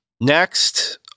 Next